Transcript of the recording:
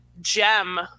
gem